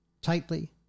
tightly